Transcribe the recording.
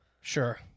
Sure